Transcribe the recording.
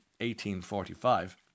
1845